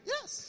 Yes